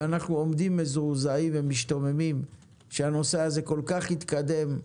אנחנו עומדים מזועזעים ומשתוממים שהנושא הזה כל-כך התקדם,